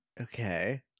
Okay